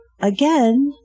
again